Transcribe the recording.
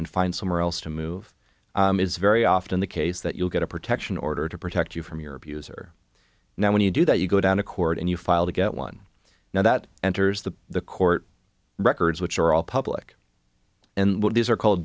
find somewhere else to move it is very often the case that you'll get a protection order to protect you from your abuser now when you do that you go down to court and you file to get one now that enters the the court records which are all public and look these are called